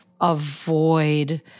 avoid